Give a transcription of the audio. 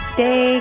Stay